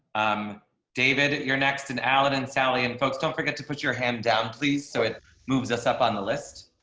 i'm david, you're next. and alan and sally and folks don't forget to put your hand down, please. so it moves us up on the list,